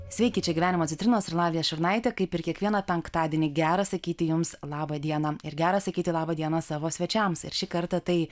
sveiki čia gyvenimo citrinos ir lavija šurnaitė kaip ir kiekvieną penktadienį gera sakyti jums laba diena ir gera sakyti labą dieną savo svečiams ir šį kartą tai